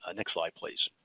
ah next slide please.